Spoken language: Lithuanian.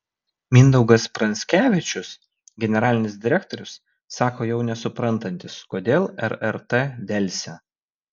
mindaugas pranskevičius generalinis direktorius sako jau nesuprantantis kodėl rrt delsia